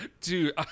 Dude